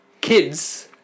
Kids